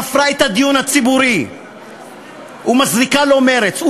מפרה את הדיון הציבורי ומזריקה לו מרץ.